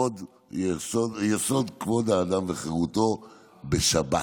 חוק-יסוד: כבוד האדם וחירותו בשבת.